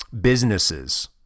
businesses